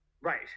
right